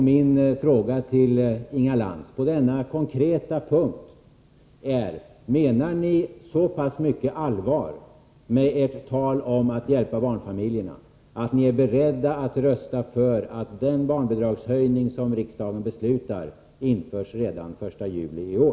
Min fråga till Inga Lantz på denna konkreta punkt är: Menar ni så pass mycket allvar med ert tal om att hjälpa barnfamiljerna att ni är beredda att rösta för att den barnbidragshöjning som riksdagen kommer att besluta om införs redan den 1 juli i år?